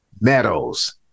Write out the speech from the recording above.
Meadows